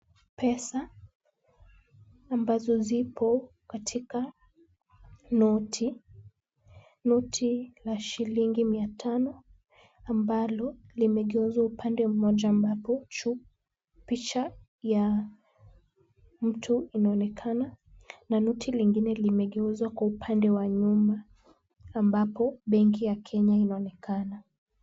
Pesa ambazo zipo katika noti. Noti la shilingi mia tano ambalo limegeuzwa upande moja ambapo juu picha ya mtu inaonekana na noti lingine limegeuzwa kwa upande wa nyuma ambapo benki ya Kenya inaonekana.